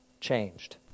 changed